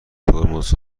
ترمز